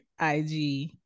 IG